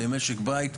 למשק בית,